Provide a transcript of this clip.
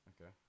Okay